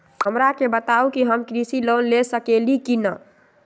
हमरा के बताव कि हम कृषि लोन ले सकेली की न?